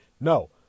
No